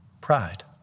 pride